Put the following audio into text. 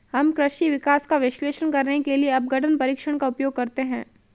हम कृषि विकास का विश्लेषण करने के लिए अपघटन परीक्षण का उपयोग करते हैं